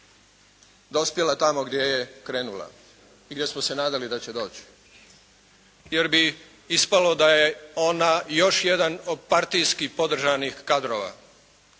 dospjela tamo gdje je krenula. I gdje smo se nadali da će doći. Jer bi ispalo da je ona još jedan od partijski podržanih kadrova